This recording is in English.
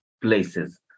places